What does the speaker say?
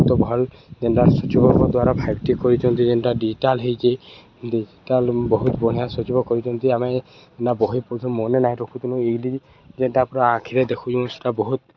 ତ ଭଲ୍ ଯେନ୍ଟା ସଚିବଙ୍କ ଦ୍ୱାରା ଫାଇଭ୍ଟି କରିଚନ୍ତି ଯେନ୍ଟା ଡିଜିଟାଲ ହେଇଚି ଡିଜିଟାଲ ବହୁତ ବଢ଼ିଆ ସଚିବ କରିଚନ୍ତି ଆମେ ବହି ପଢ଼ଚ ମନେ ନାଇଁ ରଖୁଚୁ ଇଲି ଯେନ୍ଟା ପୁରା ଆଖିରେ ଦେଖୁଚୁ ସେଟା ବହୁତ